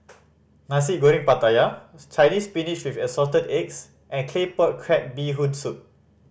Nasi Goreng Pattaya Chinese Spinach with Assorted Eggs and Claypot Crab Bee Hoon Soup